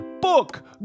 book